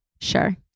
Sure